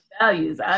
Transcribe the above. values